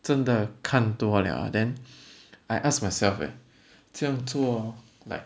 真的看多了 ah then I asked myself leh 这样做 like